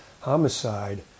homicide